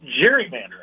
gerrymandering